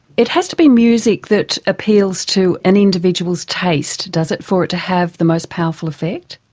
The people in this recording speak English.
it has to be music that appeals to an individual's taste, does it, for it to have the most powerful effect?